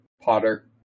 Potter